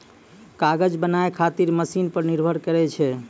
कागज बनाय खातीर मशिन पर निर्भर करै छै